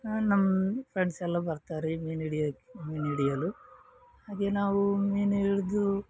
ಹಾ ನಮ್ಮ ಫ್ರೆಂಡ್ಸೆಲ್ಲ ಬರ್ತಾರೆ ಮೀನು ಹಿಡಿಯೋಕೆ ಮೀನು ಹಿಡಿಯಲು ಹಾಗೆ ನಾವು ಮೀನು ಹಿಡಿದು